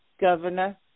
governor